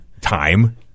time